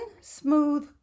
smooth